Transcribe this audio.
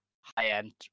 high-end